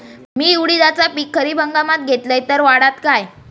मी उडीदाचा पीक खरीप हंगामात घेतलय तर वाढात काय?